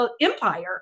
empire